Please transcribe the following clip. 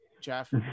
jeff